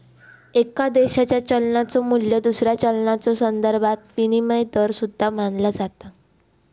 एका देशाच्यो चलनाचो मू्ल्य दुसऱ्या चलनाच्यो संदर्भात विनिमय दर सुद्धा मानला जाता